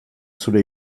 zure